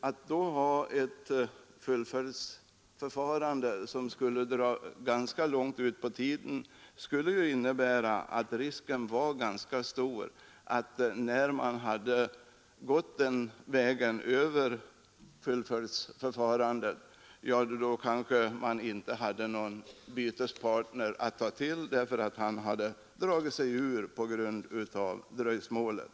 Att då ha ett fullföljdsförfarande, som skulle dra ganska långt ut på tiden, kunde innebära stor risk för att man efter fullföljdsförfarandet inte hade någon bytespartner kvar därför att han dragit sig ur på grund av dröjsmålet.